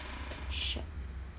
shag